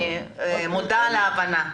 אני מודה על ההבנה.